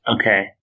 Okay